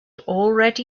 already